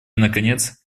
наконец